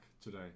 today